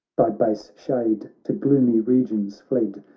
thy base shade to gloomy regions fled,